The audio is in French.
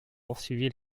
poursuivi